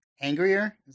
angrier